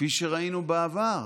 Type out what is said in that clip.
כפי שראינו בעבר,